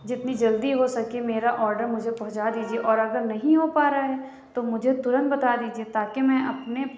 جتنی جلدی ہو سکے میرا اوڈر مجھے پہنچا دیجیے اور اگر نہیں ہو پا رہا ہے تو مجھے تورنت بتا دیجیے تا کہ میں اپنے